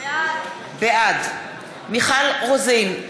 בעד מיכל רוזין,